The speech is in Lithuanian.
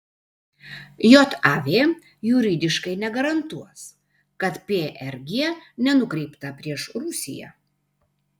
jav juridiškai negarantuos kad prg nenukreipta prieš rusiją